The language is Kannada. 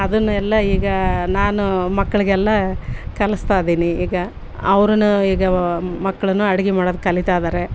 ಅದನ್ನೆಲ್ಲ ಈಗ ನಾನು ಮಕ್ಕಳಿಗೆಲ್ಲಾ ಕಲಿಸ್ತ ಇದೀನಿ ಈಗ ಅವ್ರು ಈಗ ಮಕ್ಳು ಅಡ್ಗೆ ಮಾಡೋದು ಕಲಿತ ಇದಾರೆ